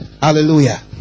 Hallelujah